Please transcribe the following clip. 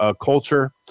culture